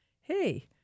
hey